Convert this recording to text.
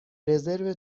رزرو